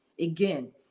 Again